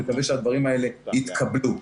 מקווה שהדברים האלה יתקבלו.